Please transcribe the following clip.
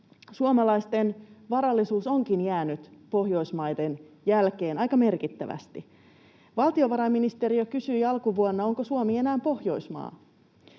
Suomalaisten varallisuus onkin jäänyt Pohjoismaista jälkeen aika merkittävästi. Valtiovarainministeriö kysyi alkuvuonna, onko Suomi enää Pohjoismaa.